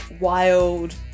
wild